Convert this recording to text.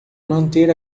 manter